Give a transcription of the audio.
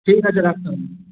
ঠিক আছে রাখলাম